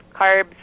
carbs